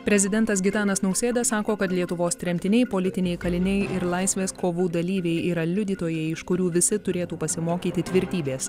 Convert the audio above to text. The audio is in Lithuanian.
prezidentas gitanas nausėda sako kad lietuvos tremtiniai politiniai kaliniai ir laisvės kovų dalyviai yra liudytojai iš kurių visi turėtų pasimokyti tvirtybės